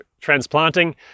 transplanting